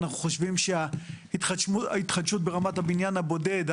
אנחנו חושבים שההתחדשות ברמת הבניין הבודד,